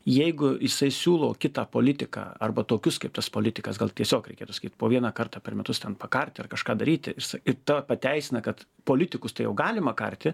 jeigu jisai siūlo kitą politiką arba tokius kaip tas politikas gal tiesiog reikėtų sakyt po vieną kartą per metus ten pakart ar kažką daryti ir sa ir tą pateisina kad politikus tai jau galima karti